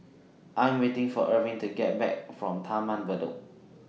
I'm waiting For Arvin to Come Back from Taman Bedok